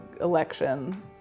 election